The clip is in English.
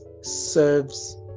serves